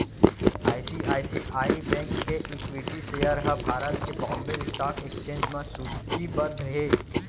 ICICI bank के equity share ह भारत के बांबे स्टॉक एक्सचेंज म सूचीबद्ध हे